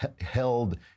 held